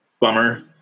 bummer